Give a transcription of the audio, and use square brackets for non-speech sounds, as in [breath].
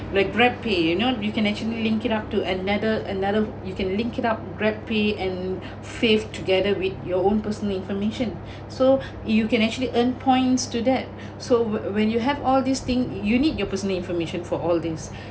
the grab pay you know you can actually link it up to another another you can link it up grab and [breath] fave together with your own personal information [breath] so you can actually earn points to that [breath] so when you have all these thing you need your personal information for all these [breath]